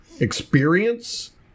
experience